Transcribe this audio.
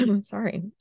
sorry